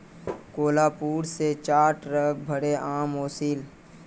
कोहलापुर स चार ट्रक भोरे आम ओसील